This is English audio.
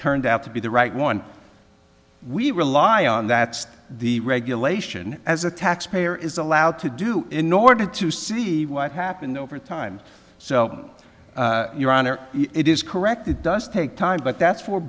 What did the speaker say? turned out to be the right one we rely on that's the regulation as a taxpayer is allowed to do in order to see what happened over time so your honor it is correct it does take time but that's for